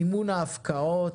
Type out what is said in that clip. מימון ההפקעות,